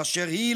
ואשר היא,